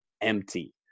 empty